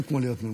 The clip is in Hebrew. ושלמים,